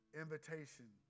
invitation